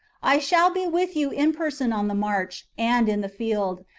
i shall be with you in person on the march, and in the field,